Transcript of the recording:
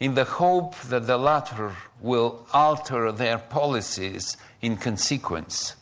in the hope that the latter would alter their policies in consequence.